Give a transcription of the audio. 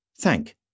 Thank